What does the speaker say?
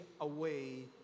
away